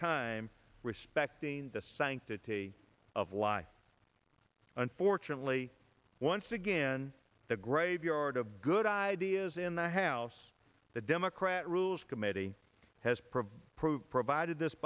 time respecting the sanctity of life unfortunately once again the graveyard of good ideas in the house the democrat rules committee has provided proof provided this